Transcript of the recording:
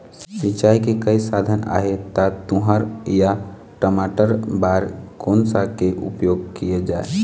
सिचाई के कई साधन आहे ता तुंहर या टमाटर बार कोन सा के उपयोग किए जाए?